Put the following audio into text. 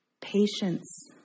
patience